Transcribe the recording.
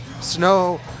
snow